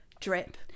drip